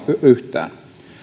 yhtään